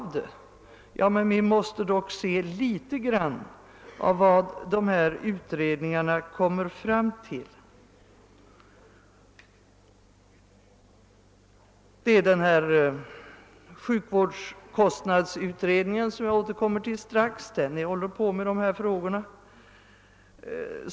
Men vi måste dock något se på vad dessa utredningar kommer fram till. Sjukvårdskostnadsutredningen, som jag strax skall återkomma till, arbetar med dessa frågor.